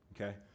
okay